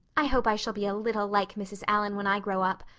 i hope i shall be a little like mrs. allan when i grow up.